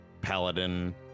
paladin